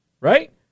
right